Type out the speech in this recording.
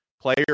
Player